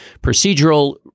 procedural